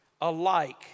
alike